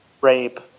rape